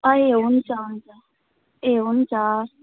ए हुन्छ हुन्छ ए हुन्छ